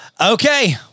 Okay